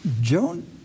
Joan